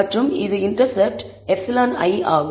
மற்றும் இது intercept εi ஆகும்